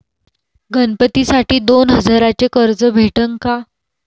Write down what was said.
गणपतीसाठी दोन हजाराचे कर्ज भेटन का?